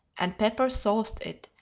and pepper-sauced it,